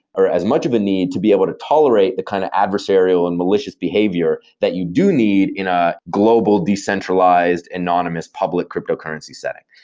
or as much of a need to be able to tolerate the kind of adversarial and malicious behavior that you do need in a global decentralized anonymous public cryptocurrency setting.